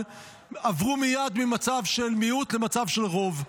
עברו מייד ממצב של מיעוט למצב של רוב.